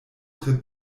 tre